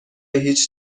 هیچ